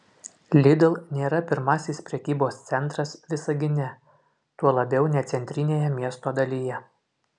lidl nėra pirmasis prekybos centras visagine tuo labiau ne centrinėje miesto dalyje